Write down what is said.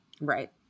Right